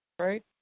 Right